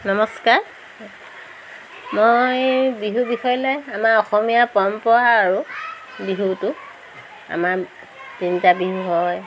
নমস্কাৰ মই বিহু বিষয় লৈ আমাৰ অসমীয়া পৰম্পৰা আৰু বিহুটো আমাৰ তিনিটা বিহু হয়